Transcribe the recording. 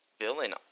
villain